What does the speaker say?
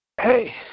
Hey